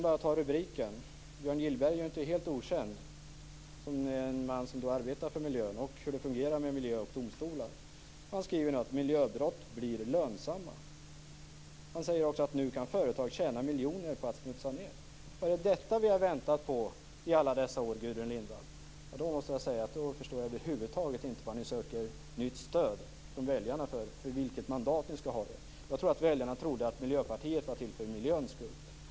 Björn Gillberg är inte helt okänd som en man som arbetar för miljön och vet hur det fungerar med miljö och domstolar. Han skriver: "Miljöbrott blir lönsamma." Han säger också: "Nu kan företag tjäna miljoner på att smutsa ner." Är det detta vi har väntat på i alla dessa år, Gudrun Lindvall? Då förstår jag över huvud taget inte för vilket mandat ni söker nytt stöd från väljarna. Väljarna trodde nog att Miljöpartiet var till för miljöns skull.